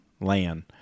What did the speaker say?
land